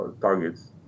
targets